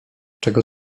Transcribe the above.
czego